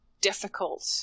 difficult